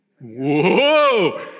Whoa